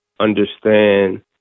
Understand